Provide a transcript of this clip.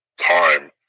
time